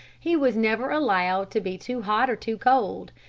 he was never allowed to be too hot or too cold.